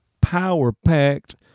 power-packed